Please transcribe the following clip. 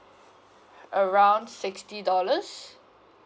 around sixty dollars